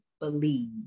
believe